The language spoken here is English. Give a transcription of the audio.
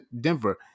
Denver